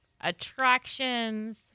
attractions